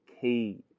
key